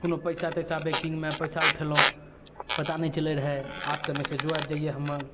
कोनो पैसा वैसा बैंकिंगमे पैसा उठैलहुँ पता नहि चलै रहै आब तऽ मैसेजो आबि जाइए हमर